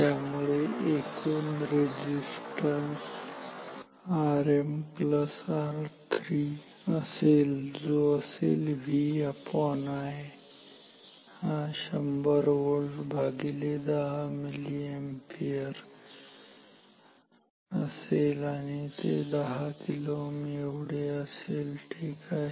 त्यामुळे एकूण resistance RmR3 असेल जो असेल 𝑉𝐼 हा 100 व्होल्ट भागिले 10 मिलीअॅम्पियर आणि ते 10 kΩ एवढे असेल ठीक आहे